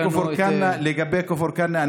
לגבי כפר כנא,